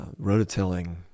rototilling